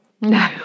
no